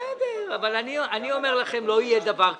אני אומר לכם, לא יהיה דבר כזה.